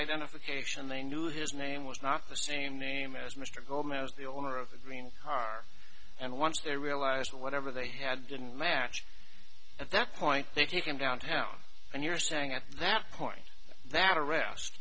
identification they knew his name was not the same name as mr gomez the owner of the green car and once they realized whatever they had didn't match at that point they take him downtown and you're saying at that point that arrest